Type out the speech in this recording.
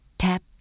Tap